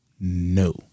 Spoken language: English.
No